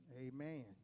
Amen